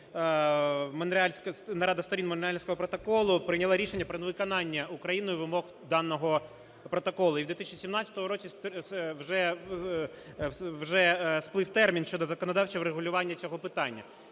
Нарада Сторін Монреальського протоколу прийняла рішення про невиконання Україною вимог даного протоколу. І у 2017 році вже сплив термін щодо законодавчого врегулювання цього питання.